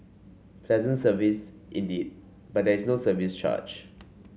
pleasant service indeed but there is no service charge